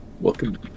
welcome